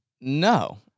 No